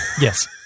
Yes